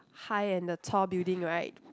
high and the tall building right